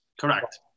Correct